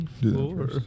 Floor